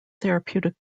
therapeutic